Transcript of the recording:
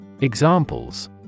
Examples